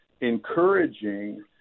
encouraging